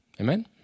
Amen